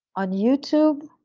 on youtube,